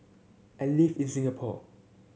I live in Singapore